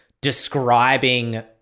describing